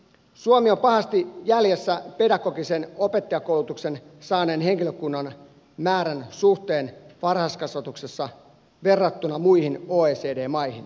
suomi on pahasti jäljessä pedagogisen opettajakoulutuksen saaneen henkilökunnan määrän suhteen varhaiskasvatuksessa verrattuna muihin oecd maihin